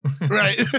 Right